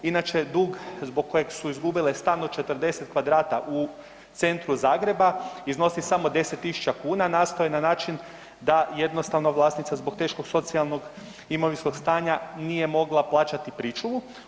Inače dug zbog kojeg su izgubile stan od 40 kvadrata u centru Zagreba iznosi samo 10.000 kuna, nastao je na način da jednostavno vlasnica zbog teškog socijalnog imovinskog stanja nije mogla plaćati pričuvu.